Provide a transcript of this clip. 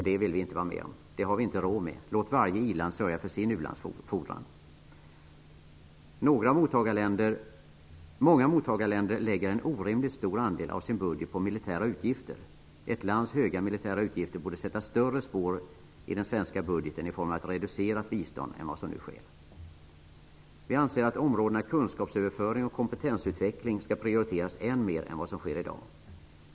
Det vill vi inte vara med om. Det har vi inte råd med. Låt varje i-land sörja för sin ulandsfordran. Många mottagarländer lägger en orimligt stor andel av sin budget på militära utgifter. Ett lands höga militära utgifter borde sätta större spår i den svenska budgeten i form av ett reducerat bistånd än vad som nu sker. Vi anser att områdena kunskapsöverföring och kompetensutveckling skall prioriteras än mer än vad som sker i dag.